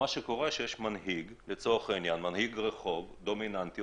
יש מנהיג רחוב דומיננטי,